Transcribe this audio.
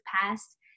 past